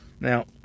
Now